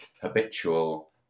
habitual